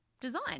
design